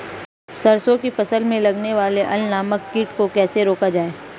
सरसों की फसल में लगने वाले अल नामक कीट को कैसे रोका जाए?